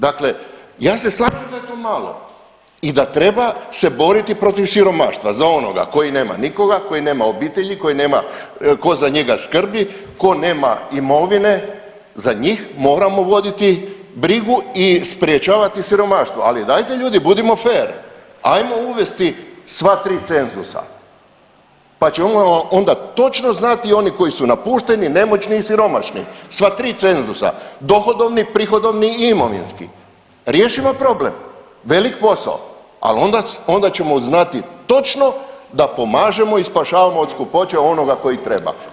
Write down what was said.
Dakle, ja se slažem da je to malo i da treba se boriti protiv siromaštva, za onoga koji nema nikoga, koji nema obitelji, koji nema ko za njega skrbi, ko nema imovine, za njih moramo voditi brigu i sprječavati siromaštvo, ali dajte ljudi budimo fer, ajmo uvesti sva tri cenzusa, pa ćemo onda točno znati oni koji su napušteni, nemoćni i siromašni, sva tri cenzusa dohodovni, prihodovni i imovinski, riješimo problem, velik posao, al onda, onda ćemo znati točno da pomažemo i spašavamo od skupoće onoga koji treba.